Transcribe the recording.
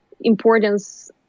importance